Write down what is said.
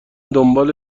دنبال